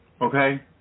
okay